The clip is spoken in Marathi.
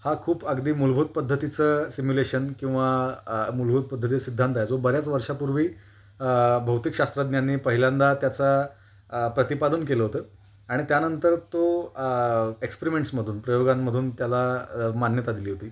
हा खूप अगदी मूलभूत पद्धतीचं सिम्युलेशन किंवा मूलभूत पद्धतीचा सिद्धांत आहे जो बऱ्याच वर्षापूर्वी भौतिकशास्त्रज्ञांनी पहिल्यांदा त्याचा प्रतिपादन केलं होतं आणि त्यानंतर तो एक्सपिरिमेंट्समधून प्रयोगांमधून त्याला मान्यता दिली होती